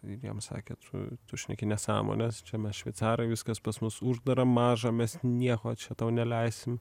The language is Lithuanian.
ir jam sakė tu tu šneki nesąmones čia mes šveicarai viskas pas mus uždara maža mes nieko čia tau neleisim